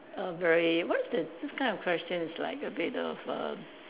a very what is the this kind of question is like a bit of a